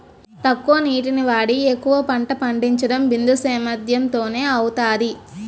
తక్కువ నీటిని వాడి ఎక్కువ పంట పండించడం బిందుసేధ్యేమ్ తోనే అవుతాది